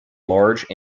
large